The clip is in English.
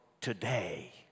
today